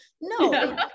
No